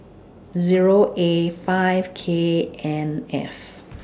Zero A five K N S